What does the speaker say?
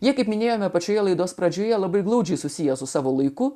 jie kaip minėjome pačioje laidos pradžioje labai glaudžiai susiję su savo laiku